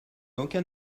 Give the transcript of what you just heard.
aucun